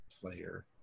player